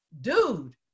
dude